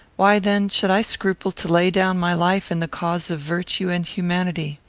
why then should i scruple to lay down my life in the cause of virtue and humanity?